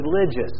religious